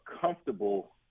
comfortable